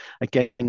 Again